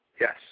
Yes